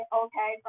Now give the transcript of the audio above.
okay